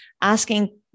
asking